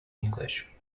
english